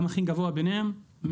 גם הגבוה ביניהם,